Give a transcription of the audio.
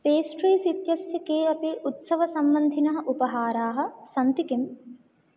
pastries इत्यस्य के अपि उत्सवसम्बन्धिनः उपहाराः सन्ति किम्